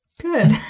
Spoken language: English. Good